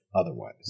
otherwise